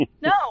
No